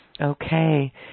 Okay